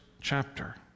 chapter